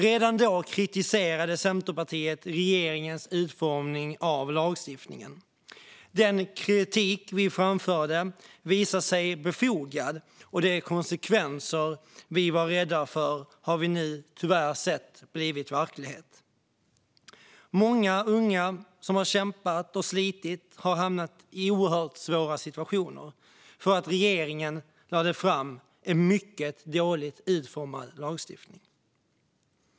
Redan då kritiserade Centerpartiet regeringens utformning av lagstiftningen. Den kritik vi framförde har visat sig befogad, och de konsekvenser vi var rädda för har nu tyvärr blivit verklighet. Många unga som har kämpat och slitit har hamnat i oerhört svåra situationer för att regeringen lade fram en mycket dåligt utformad lagstiftning.